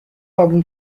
قبول